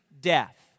death